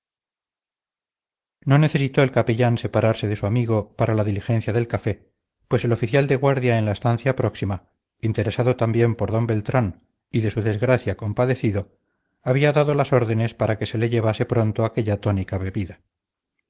no necesitó el capellán separarse de su amigo para la diligencia del café pues el oficial de guardia en la estancia próxima interesado también por d beltrán y de su desgracia compadecido había dado las órdenes para que se le llevase pronto aquella tónica bebida